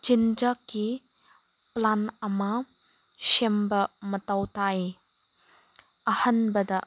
ꯆꯤꯟꯖꯥꯛꯀꯤ ꯄ꯭ꯂꯥꯟ ꯑꯃ ꯁꯦꯝꯕ ꯃꯊꯧ ꯇꯥꯏ ꯑꯍꯥꯟꯕꯗ